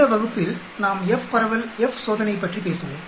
இந்த வகுப்பில் நாம் f பரவல் F சோதனை பற்றி பேசுவோம்